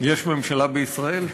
יש ממשלה בישראל?